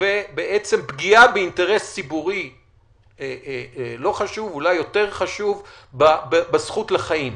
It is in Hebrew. ובעצם פגיעה באינטרס ציבורי אולי יותר חשוב בזכות לחיים.